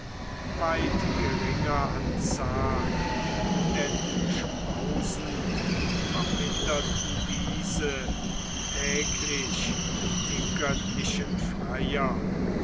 weit geringer an zahl denn schmausend verminderten diese täglich die göttlichen freier